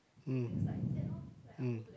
mm mm